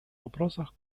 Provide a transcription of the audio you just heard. вопросах